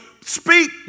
speak